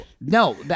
no